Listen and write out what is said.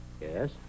Yes